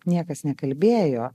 niekas nekalbėjo